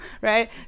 right